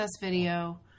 video